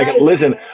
listen